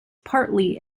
partly